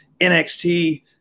NXT